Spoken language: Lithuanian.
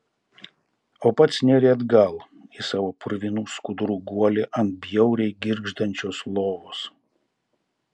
o pats nėrė atgal į savo purvinų skudurų guolį ant bjauriai girgždančios lovos